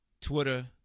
Twitter